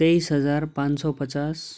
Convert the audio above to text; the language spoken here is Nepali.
तेइस हजार पाँच सौ पचास